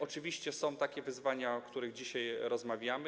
Oczywiście są takie wyzwania, o których dzisiaj rozmawiamy.